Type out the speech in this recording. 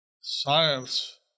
science